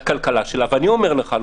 לכלכלה שלה ואני אומר לך,